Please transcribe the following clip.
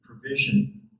provision